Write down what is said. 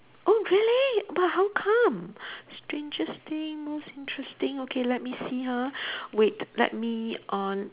oh really but how come strangest thing most interesting okay let me see ha wait let me on